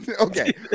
Okay